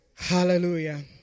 Hallelujah